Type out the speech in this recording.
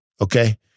okay